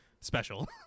special